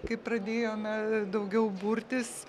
kai pradėjome daugiau burtis